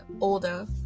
older